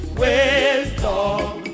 wisdom